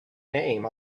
name